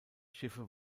schiffe